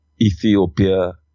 Ethiopia